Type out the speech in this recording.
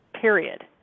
period